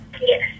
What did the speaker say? Yes